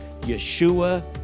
Yeshua